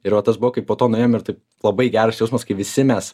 ir va tas buvo kai po to nuėjom ir taip labai geras jausmas kai visi mes